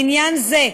לעניין זה,